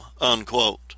unquote